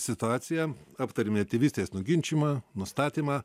situaciją aptarėme tėvystės nuginčijimą nustatymą